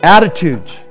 Attitudes